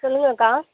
சொல்லுங்க அக்கா